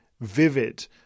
vivid